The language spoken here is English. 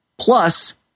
Plus